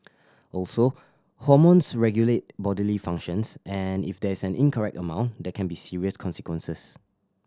also hormones regulate bodily functions and if there is an incorrect amount there can be serious consequences